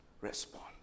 respond